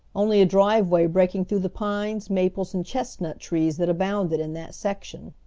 only a driveway breaking through the pines, maples, and chestnut trees that abounded in that section.